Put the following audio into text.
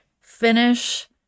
finish